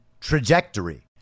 trajectory